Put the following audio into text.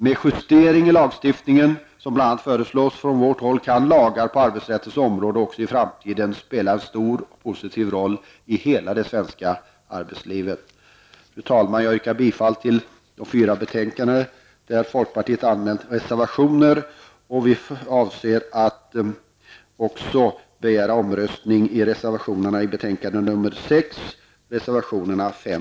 Med den justering i lagstiftningen som föreslås bl.a. från vårt håll kan lagar på arbetsrättens område också i framtiden spela en stor och positiv roll i hela det svenska arbetslivet. Fru talman! Jag yrkar bifall till reservationerna 5